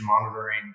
monitoring